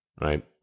Right